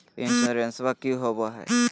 इंसोरेंसबा की होंबई हय?